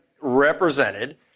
represented